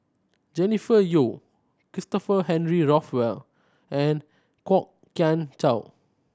Jennifer Yeo Christopher Henry Rothwell and Kwok Kian Chow